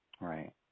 Right